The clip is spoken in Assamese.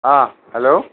অ' হেল্ল'